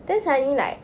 then suddenly like